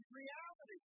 reality